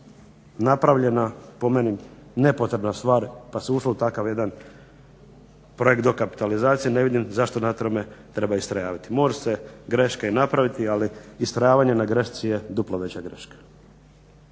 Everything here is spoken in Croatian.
napravljena po meni nepotrebna stvar pa se ušlo u takav jedan projekt dokapitalizacije, ne vidim zašto na tome treba ustrajavati. Mogu se greške i napraviti, ali istrajavanje na grešci je duplo veća greška.